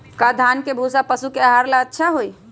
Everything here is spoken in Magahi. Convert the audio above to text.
या धान के भूसा पशु के आहार ला अच्छा होई?